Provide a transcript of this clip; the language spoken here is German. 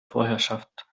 vorherrschaft